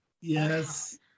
Yes